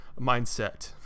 mindset